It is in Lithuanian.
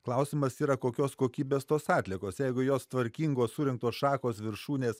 klausimas yra kokios kokybės tos atliekos jeigu jos tvarkingos surinktos šakos viršūnės